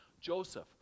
Joseph